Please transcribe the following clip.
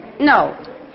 No